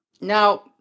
Now